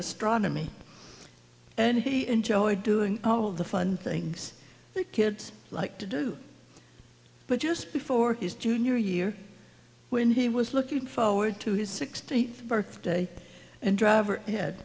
astronomy and he enjoyed doing all of the fun things that kids like to do but just before his junior year when he was looking forward to his sixteenth birthday and driver h